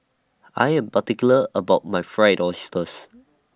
I Am particular about My Fried Oysters